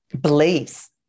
beliefs